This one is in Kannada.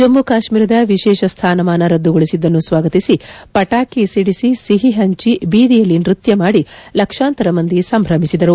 ಜಮ್ಮ ಕಾಶ್ಮೀರದ ವಿಶೇಷ ಸ್ಥಾನಮಾನ ರದ್ದುಗೊಳಿಸಿದ್ದನ್ನು ಸ್ವಾಗತಿಸಿ ಪಟಾಕಿ ಸಿಡಿಸಿ ಸಿಹಿ ಹಂಚಿ ಬೀದಿಯಲ್ಲಿ ನೃತ್ಯ ಮಾಡಿ ಲಕ್ಷಾಂತರ ಮಂದಿ ಸಂಭ್ರಮಿಸಿದರು